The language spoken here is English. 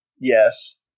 Yes